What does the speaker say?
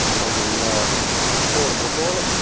i gave him a portable toilet,